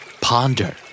Ponder